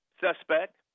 suspect